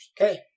Okay